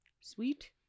Sweet